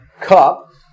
cup